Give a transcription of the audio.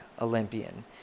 Olympian